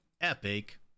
epic